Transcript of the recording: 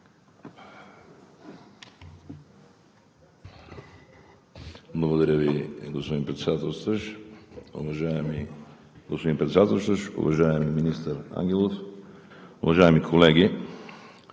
Уважаеми господин Председателстващ, уважаеми министър Ангелов, уважаеми колеги!